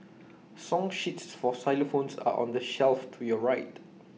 song sheets for xylophones are on the shelf to your right